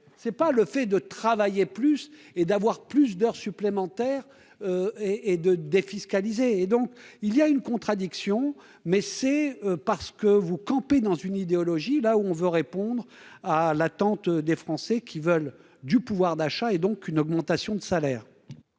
c'est pas le fait de travailler plus et d'avoir plus d'heures supplémentaires et et de défiscaliser et donc il y a une contradiction, mais c'est parce que vous camper dans une idéologie là où on veut répondre à l'attente des Français qui veulent du pouvoir d'achat et donc une augmentation de salaire.